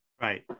Right